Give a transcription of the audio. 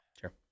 Sure